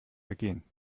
ergehen